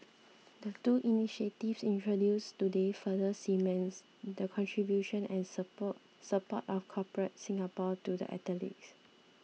the two initiatives introduced today further cements the contribution and support support of Corporate Singapore to the athletes